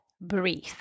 breathe